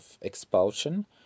expulsion